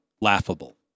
laughable